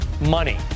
money